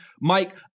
Mike